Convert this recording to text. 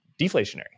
deflationary